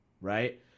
right